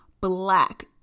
Black